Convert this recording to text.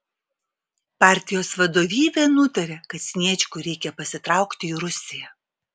partijos vadovybė nutarė kad sniečkui reikia pasitraukti į rusiją